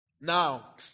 Now